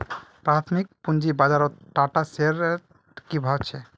प्राथमिक पूंजी बाजारत टाटा शेयर्सेर की भाव छ